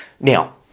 now